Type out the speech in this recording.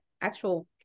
actual